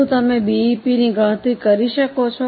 શું તમે બીઇપીની ગણતરી કરી શકો છો